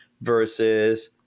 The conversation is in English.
versus